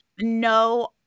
no